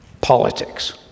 Politics